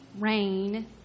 Rain